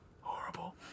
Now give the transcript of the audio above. Horrible